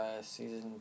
season